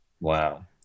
Wow